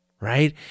right